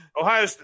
Ohio